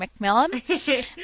mcmillan